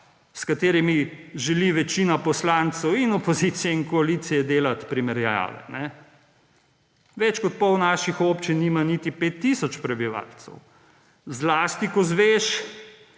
s katerim želi večina poslancev in opozicija in koalicija delati primerjave. Več kot pol naših občin nima niti 5 tisoč prebivalcev, zlasti ko izveš,